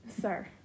sir